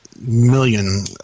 million